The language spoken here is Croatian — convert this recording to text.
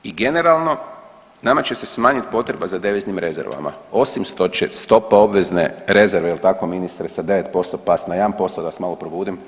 I generalno nama će se smanjiti potreba za deviznim rezervama osim stopa obvezne rezerve, jel' tako ministre sa 9% pasti na 1% da vas malo probudim.